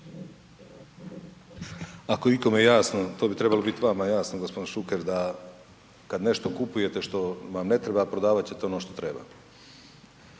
Ako je ikome jasno, to bi trebalo biti vama jasno, g. Šuker, da kad nešto kupujete što vam ne treba, prodavat ćete ono što treba.